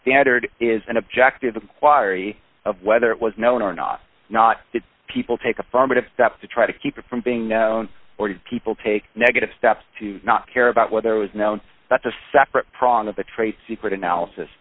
standard is an objective inquiry of whether it was known or not not that people take affirmative steps to try to keep it from being known or do people take negative steps to not care about whether it was known that's a separate prong of the trade secret analysis